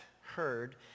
heard